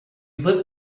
lit